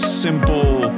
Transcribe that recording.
simple